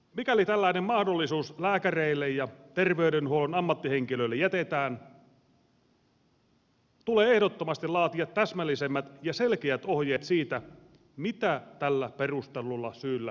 mikäli tällainen mahdollisuus lääkäreille ja terveydenhuollon ammattihenkilöille jätetään tulee ehdottomasti laatia täsmällisemmät ja selkeät ohjeet siitä mitä tällä perustellulla syyllä tarkoitetaan